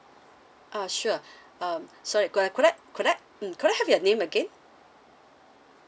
ah sure um sorry could could I mm could I have your name again